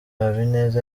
habineza